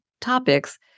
topics